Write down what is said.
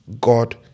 God